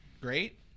Great